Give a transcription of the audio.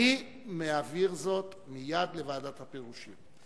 אני מעביר זאת מייד לוועדת הפירושים.